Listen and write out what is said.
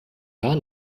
gar